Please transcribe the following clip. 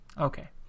Okay